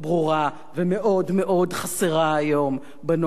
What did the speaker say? ומאוד מאוד חסרה היום בנוף הפוליטי.